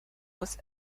was